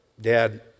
Dad